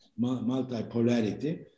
multipolarity